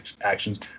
actions